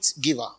giver